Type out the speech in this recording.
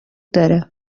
داره